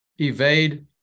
evade